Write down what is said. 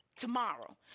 tomorrow